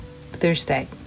thursday